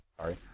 sorry